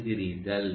பெறுகிறீர்கள்